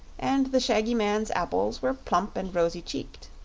and the shaggy man's apples were plump and rosy-cheeked.